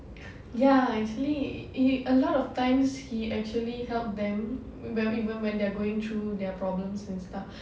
ya actually he a lot of times he actually help them even when they're going through their problems and stuff